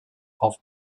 auf